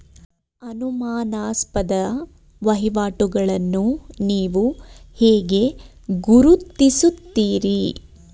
ಅನುಮಾನಾಸ್ಪದ ವಹಿವಾಟುಗಳನ್ನು ನೀವು ಹೇಗೆ ಗುರುತಿಸುತ್ತೀರಿ?